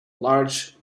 large